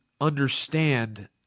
understand